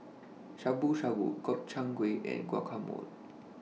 Shabu Shabu Gobchang Gui and Guacamole